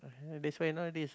that's why nowadays